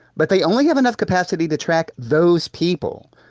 but they only have enough capacity to track those people.